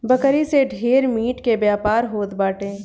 बकरी से ढेर मीट के व्यापार होत बाटे